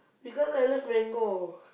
because I love mango